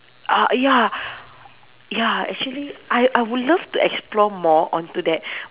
uh ya ya actually I I would love to explore more on to that